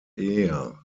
ehe